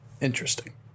Interesting